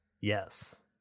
Yes